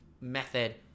method